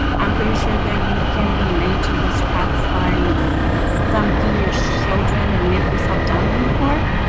am pretty sure that you can relate to those crafts by something your children or nephews have done before.